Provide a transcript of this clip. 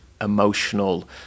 emotional